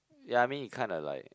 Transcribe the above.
ya I mean it kinda like